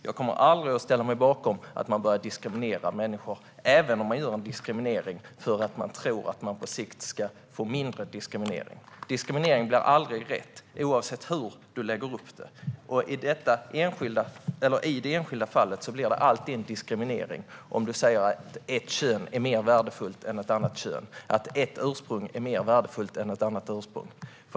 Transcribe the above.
Jag kommer aldrig att ställa mig bakom att människor ska diskrimineras, även om man gör en diskriminering därför att man tror att det på sikt blir mindre diskriminering. Diskriminering är aldrig rätt oavsett hur man lägger upp det. I det enskilda fallet blir det alltid en diskriminering om man säger att ett kön är mer värdefullt än ett annat kön, att ett ursprung är mer värdefullt än ett annat ursprung.